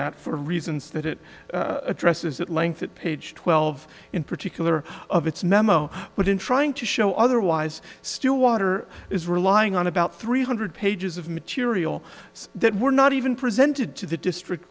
that for reasons that it addresses at length that page twelve in particular of its memo but in trying to show otherwise stillwater is relying on about three hundred pages of material that were not even presented to the district